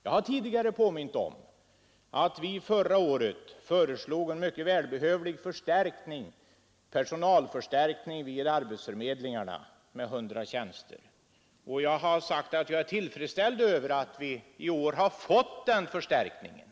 Jag har tidigare påmint om att vi förra året föreslog en mycket välbehövlig personalförstärkning vid arbetsförmedlingarna med 100 tjänster, och jag har sagt att jag är tillfredsställd över att vi i år har fått den förstärkningen.